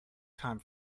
time